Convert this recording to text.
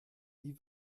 die